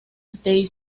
the